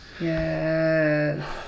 Yes